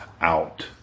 out